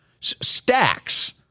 stacks